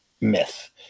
myth